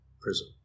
prison